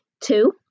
Two